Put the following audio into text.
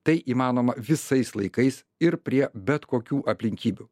tai įmanoma visais laikais ir prie bet kokių aplinkybių